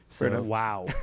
Wow